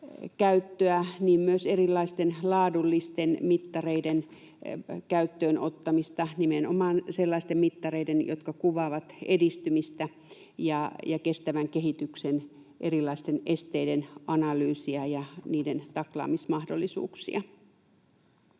myös erilaisten laadullisten mittareiden käyttöönottamista, nimenomaan sellaisten mittareiden, jotka kuvaavat edistymistä ja kestävän kehityksen erilaisten esteiden analyysia ja niiden taklaamismahdollisuuksia.